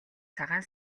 цагаан